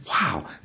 wow